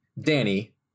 Danny